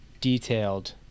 detailed